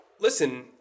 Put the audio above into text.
Listen